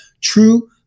true